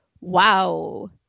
Wow